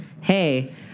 hey